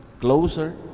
closer